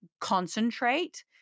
concentrate